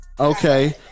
Okay